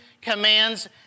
commands